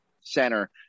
center